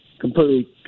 completely